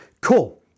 Cool